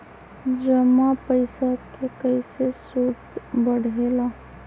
जमा पईसा के कइसे सूद बढे ला?